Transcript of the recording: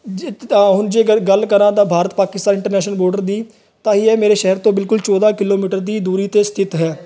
ਜੇ ਤਾਂ ਹੁਣ ਜੇ ਗੱ ਗੱਲ ਕਰਾਂ ਤਾਂ ਭਾਰਤ ਪਾਕਿਸਤਾਨ ਇੰਟਰਨੈਸ਼ਨਲ ਬਾਰਡਰ ਦੀ ਤਾਂ ਹੀ ਇਹ ਮੇਰੇ ਸ਼ਹਿਰ ਤੋਂ ਬਿਲਕੁਲ ਚੋਦਾਂ ਕਿਲੋਮੀਟਰ ਦੀ ਦੂਰੀ 'ਤੇ ਸਥਿਤ ਹੈ